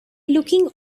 looking